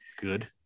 Good